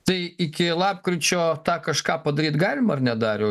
tai iki lapkričio tą kažką padaryt galima ar ne dariau